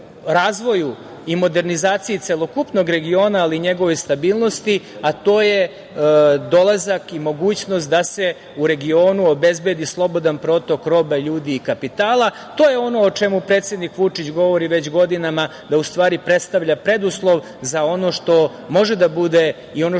i modernizaciji celokupnog regiona, ali i njegove stabilnosti, a to je dolazak i mogućnost da se u regionu obezbedi slobodan protok roba ljudi i kapitala. To je ono o čemu predsednik Vučić govori već godinama, da u stvari predstavlja preduslov za ono što može da bude i ono